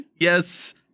yes